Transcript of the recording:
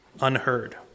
unheard